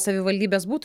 savivaldybės būtų